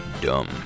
dumb